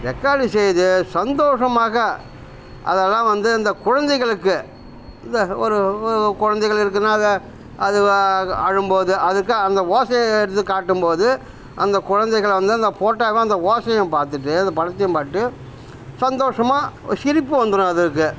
record செய்து சந்தோஷமாக அதெலாம் வந்து இந்த குழந்தைகளுக்கு இந்த ஒரு ஒரு குழந்தைகள் இருக்குதுனா அதை அதுவாக அழும்போது அதுக்கு அந்த ஓசையை எடுத்து காட்டும்போது அந்த குழந்தைகளை வந்து அந்த ஃபோட்டாவை அந்த ஓசையும் பார்த்துட்டு அந்த படத்தையும் பார்த்துட்டு சந்தோஷமாக சிரிப்பு வந்துடும் அதற்கு